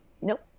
Nope